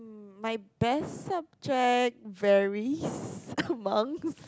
my best subject varies among